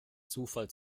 zufall